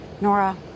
Nora